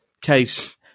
case